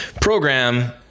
program